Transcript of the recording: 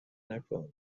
نکن